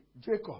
Jacob